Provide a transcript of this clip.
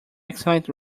excellent